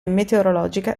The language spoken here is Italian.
meteorologica